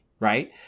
Right